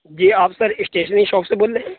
جی آپ sir stationery shop سے بول رہے ہیں